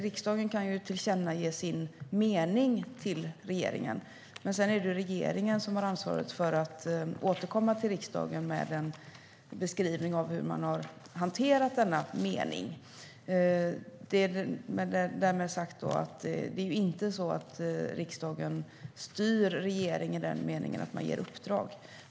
Riksdagen kan tillkännage sin mening för regeringen, men sedan är det regeringen som har ansvaret att återkomma till riksdagen med en beskrivning av hur man har hanterat denna mening. Det är dock inte så att riksdagen styr regeringen i den meningen att man ger den uppdrag.